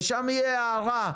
ושם תהיה הערה,